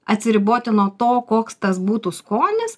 atsiriboti nuo to koks tas būtų skonis